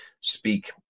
speak